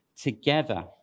together